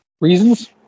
Reasons